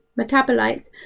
metabolites